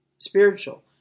Spiritual